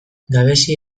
gabezi